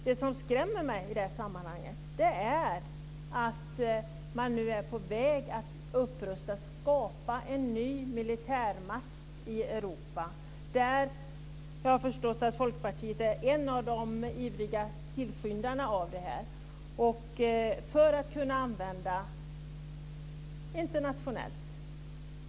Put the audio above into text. Det som skrämmer mig i det här sammanhanget är att man nu är på väg att upprusta, att skapa en ny militärmakt i Europa - och jag har förstått att Folkpartiet är en av de ivriga tillskyndarna till detta - för att kunna använda internationellt.